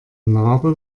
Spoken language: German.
narbe